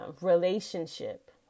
relationship